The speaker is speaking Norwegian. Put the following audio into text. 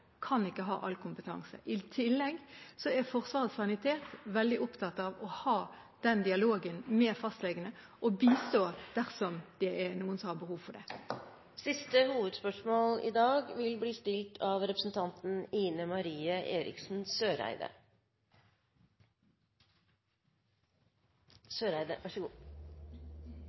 kan ikke ha all kompetanse. I tillegg er Forsvarets sanitet veldig opptatt av å ha den dialogen med fastlegene og bistå dersom noen har behov for det. Vi går til siste hovedspørsmål. Under Øvelse Gemini i slutten av